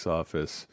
office